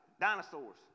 Dinosaurs